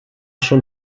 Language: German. schon